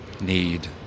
need